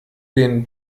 den